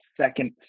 second